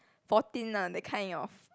fourteen ah that kind of